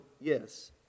yes